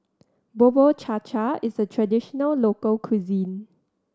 Bubur Cha Cha is a traditional local cuisine